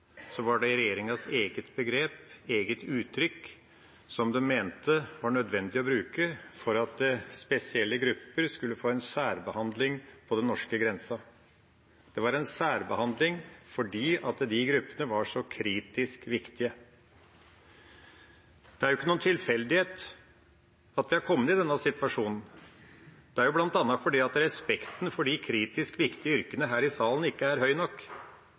det var regjeringas eget begrep, eget uttrykk, som den mente var nødvendig å bruke for at spesielle grupper skulle få en særbehandling på den norske grensa. Det var en særbehandling fordi de gruppene var så kritisk viktige. Det er ikke noen tilfeldighet at vi har kommet i denne situasjonen. Det er bl.a. fordi respekten for de kritisk viktige yrkene ikke er stor nok her i salen.